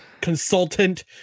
consultant